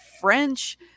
french